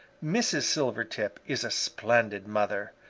mrs. silvertip is a splendid mother.